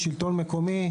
שלטון מקומי,